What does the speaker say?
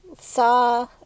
saw